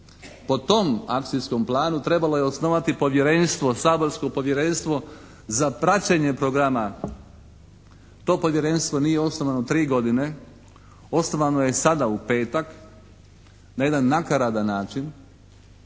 Po tom akcijskom planu trebalo je osnovati Saborsko povjerenstvo za praćenje programa. To povjerenstvo nije osnovano 3 godine, osnovano je sada u petak na jedan nakaradan način